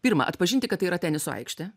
pirma atpažinti kad tai yra teniso aikštė